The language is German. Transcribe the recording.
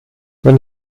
wenn